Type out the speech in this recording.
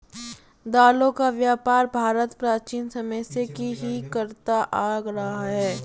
दालों का व्यापार भारत प्राचीन समय से ही करता आ रहा है